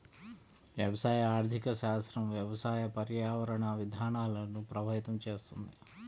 వ్యవసాయ ఆర్థిక శాస్త్రం వ్యవసాయ, పర్యావరణ విధానాలను ప్రభావితం చేస్తుంది